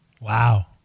wow